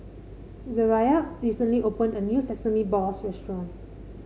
Zariah recently opened a new Sesame Balls restaurant